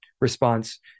response